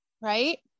Right